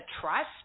trust